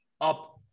up